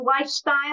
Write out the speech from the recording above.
lifestyle